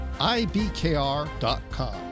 ibkr.com